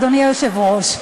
אדוני היושב-ראש.